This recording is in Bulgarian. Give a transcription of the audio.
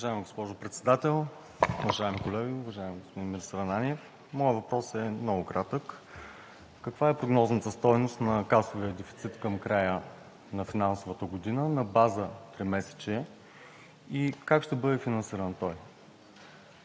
Уважаеми господин Ананиев, моят въпрос е много кратък. Каква е прогнозната стойност на касовия дефицит към края на финансовата година на база тримесечие и как ще бъде финансиран той?